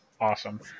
awesome